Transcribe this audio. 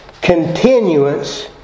continuance